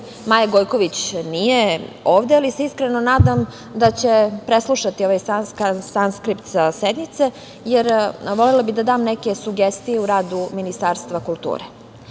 Maja Gojković, nije ovde, ali se iskreno nadam da će preslušati ovaj sanskript sa sednice, jer bih volela da dam neke sugestije u radu Ministarstva kulture. Kao